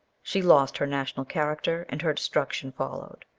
she lost her national character, and her destruction followed.